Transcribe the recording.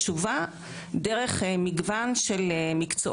תבואו ותלמדו מדעי הרוח.